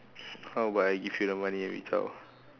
how about I give you the money and we zao